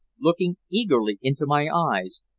looking eagerly into my eyes,